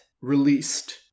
released